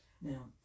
Now